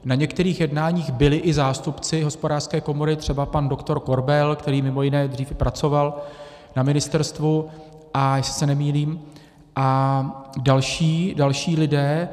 Na některých jednáních byly i zástupci Hospodářské komory, třeba pan doktor Korbel, který mimo jiné dřív i pracoval na ministerstvu, jestli se nemýlím, a další lidé.